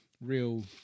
real